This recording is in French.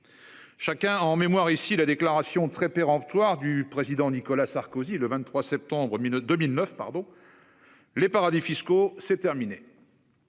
Chacun a en mémoire ici la déclaration très péremptoire du président Nicolas Sarkozy, le 23 septembre 1002, 1009 pardon. Les paradis fiscaux c'est terminé.